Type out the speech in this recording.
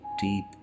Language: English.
deep